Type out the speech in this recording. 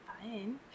Fine